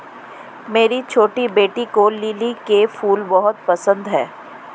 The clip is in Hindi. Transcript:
मेरी छोटी बेटी को लिली के फूल बहुत पसंद है